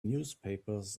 newspapers